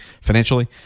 financially